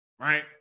right